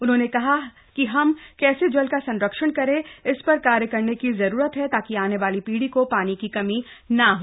उन्होंने कहा कि हम कैसे जल का संरक्षण करे इस पर कार्य करने की जरूरत है ताकि आने वाली पीढ़ी को पानी की कमी न हो